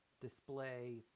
display